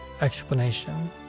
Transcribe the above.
explanation